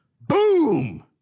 boom